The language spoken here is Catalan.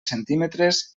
centímetres